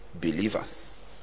believers